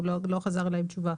לא חזרו אלי עם תשובה.